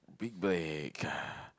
big break